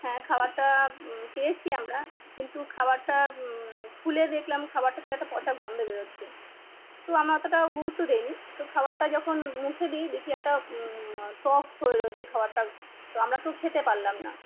হ্যাঁ খাবারটা পেয়েছি আমরা কিন্তু খাবারটা খুলে দেখলাম খাবারটা থেকে একটা পচা গন্ধ বেরোচ্ছে তো আমরা অতটাও গুরুত্ব দিইনি তো খাবারটা যখন মুখে দিই দেখি একটা টক হয়ে রয়েছে খাবারটা তো আমরা কেউ খেতে পারলাম না